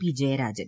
P Jayarajan